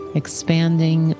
expanding